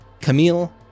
Camille